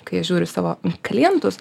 kai aš žiūriu į savo klientus